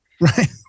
Right